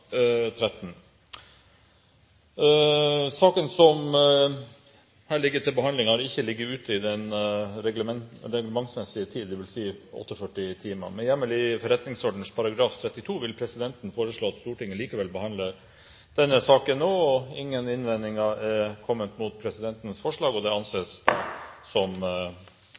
Saken som her ligger til behandling, har ikke ligget ute i den reglementsmessige tid, dvs. 48 timer. Med hjemmel i forretningsordenen § 32 vil presidenten foreslå at Stortinget likevel behandler denne saken nå. – Ingen innvendinger er kommet mot presidentens forslag, og det anses dermed som